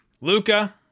Luca